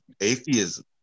atheism